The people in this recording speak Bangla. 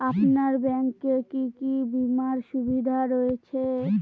আপনার ব্যাংকে কি কি বিমার সুবিধা রয়েছে?